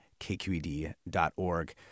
kqed.org